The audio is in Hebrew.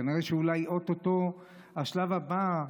כנראה שאולי או-טו-טו השלב הבא,